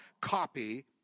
copy